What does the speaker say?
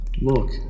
Look